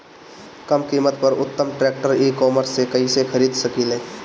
कम कीमत पर उत्तम ट्रैक्टर ई कॉमर्स से कइसे खरीद सकिले?